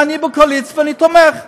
אני בקואליציה, אני תומך.